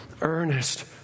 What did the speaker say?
earnest